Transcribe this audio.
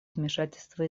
вмешательства